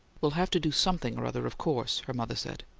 we'll have to do something or other, of course, her mother said.